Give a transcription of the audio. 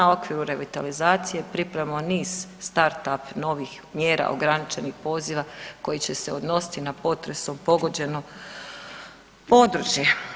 U okviru revitalizacije pripremamo niz startup novih mjera, ograničenih poziva koji će se odnositi na potresom pogođeno područje.